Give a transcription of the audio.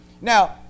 Now